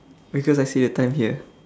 because I see the time here